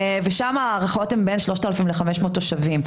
ושם ההערכות הן בין 3,000 ל-500 תושבים.